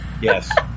Yes